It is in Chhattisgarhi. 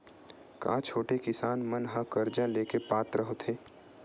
का छोटे किसान मन हा कर्जा ले के पात्र होथे?